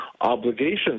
obligations